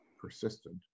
persistent